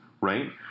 right